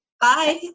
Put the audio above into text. Bye